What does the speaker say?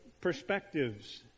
perspectives